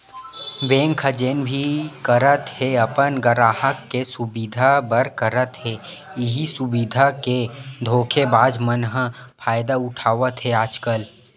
bank ह जेन भी करत हे अपन गराहक के सुबिधा बर करत हे, इहीं सुबिधा के धोखेबाज मन ह फायदा उठावत हे आजकल